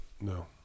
No